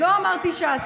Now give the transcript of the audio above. לא אמרתי ש"ס.